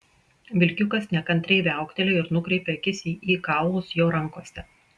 vilkiukas nekantriai viauktelėjo ir nukreipė akis į kaulus jo rankose